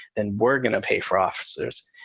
then we're going to pay for officers.